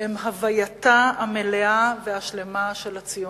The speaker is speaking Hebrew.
הם הווייתה המלאה והשלֵמה של הציונות.